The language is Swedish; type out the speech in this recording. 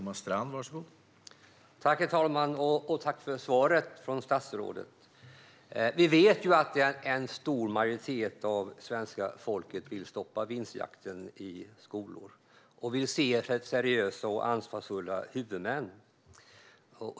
Herr talman! Tack för svaret från statsrådet! Vi vet att en stor majoritet av svenska folket vill stoppa vinstjakten i skolor. Vi ser att det finns seriösa och ansvarsfulla huvudmän.